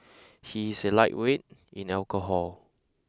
he is a lightweight in alcohol